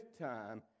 time